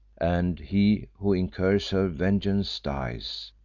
and he who incurs her vengeance dies,